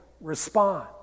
respond